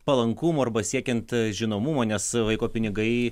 palankumo arba siekiant žinomumo nes vaiko pinigai